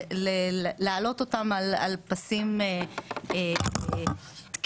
ולהעלות אותם על פסים תקינים.